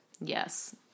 Yes